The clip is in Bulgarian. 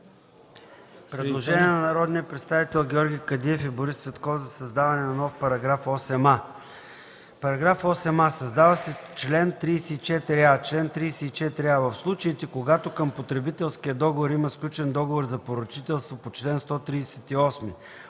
Предложение на народните представители Георги Кадиев и Борис Цветков за създаване на нов § 8а: „§8а. Създава се чл. 34а: „Чл. 34а. В случаите, когато към потребителския договор има сключен договор за поръчителство по чл. 138